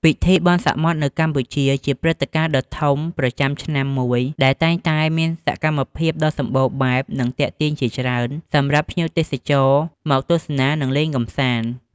ពិធីបុណ្យសមុទ្រនៅកម្ពុជា ជាព្រឹត្តិការណ៍ដ៏ធំប្រចាំឆ្នាំមួយ ដែលតែងតែមានសកម្មភាពដ៏សម្បូរបែប និងទាក់ទាញជាច្រើន សម្រាប់ភ្ញៀវទេសចរមកទស្សនា និងលេងកម្សាន្ត។